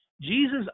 Jesus